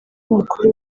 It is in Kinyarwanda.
w’umukuru